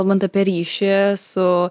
kalbant apie ryšį su